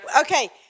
Okay